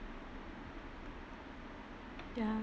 ya